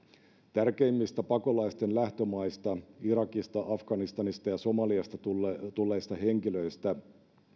tärkeimmistä pakolaisten lähtömaista irakista afganistanista ja somaliasta tulleista henkilöistä